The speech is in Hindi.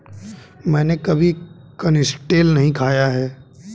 मैंने कभी कनिस्टेल नहीं खाया है